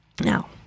Now